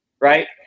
Right